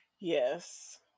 Yes